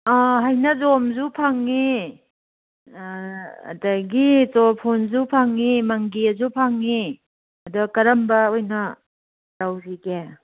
ꯍꯩꯅꯧꯖꯣꯝꯁꯨ ꯐꯪꯉꯤ ꯑꯗꯒꯤ ꯆꯣꯔꯐꯣꯟꯁꯨ ꯐꯪꯉꯤ ꯃꯪꯒꯦꯁꯨ ꯐꯪꯉꯤ ꯑꯗꯣ ꯀꯔꯝꯕ ꯑꯣꯏꯅ ꯇꯧꯁꯤꯒꯦ